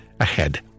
Ahead